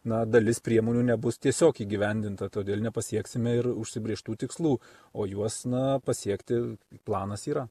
na dalis priemonių nebus tiesiog įgyvendinta todėl nepasieksime ir užsibrėžtų tikslų o juos na pasiekti planas yra